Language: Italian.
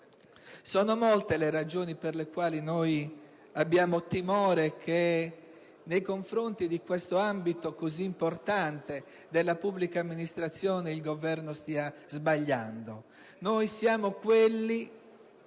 Sono molte le ragioni per le quali noi abbiamo timore che nei confronti di questo ambito così importante della pubblica amministrazione il Governo stia sbagliando. Siamo quelli